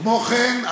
כמו כן,